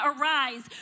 arise